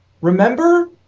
remember